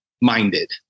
minded